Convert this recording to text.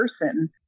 person